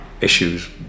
issues